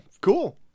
cool